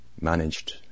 managed